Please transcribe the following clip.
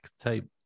type